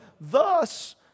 thus